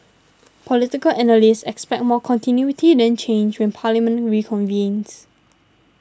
political analysts expect more continuity than change when Parliament reconvenes